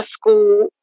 school